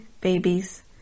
babies